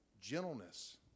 gentleness